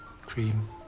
cream